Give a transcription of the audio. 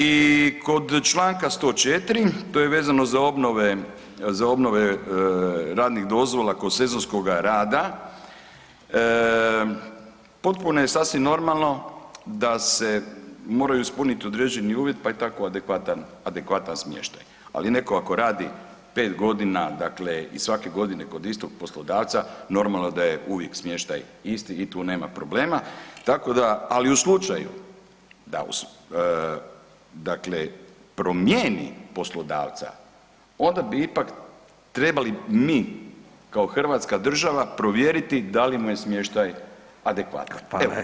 I kod čl. 104., to je vezano za obnove radnih dozvola kod sezonskoga rada, potpuno je i sasvim normalno da se moraju ispuniti određeni uvjeti pa je tako adekvatan smještaj, ali netko ako radi 5 g. dakle i svake godine kod istog poslodavca, normalno da je uvijek smještaj isti i tu nema problema, tako da, ali u slučaju da dakle promijeni poslodavca, onda bi ipak trebali mi kao hrvatska država provjeriti da li mu je smještaj adekvatan.